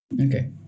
Okay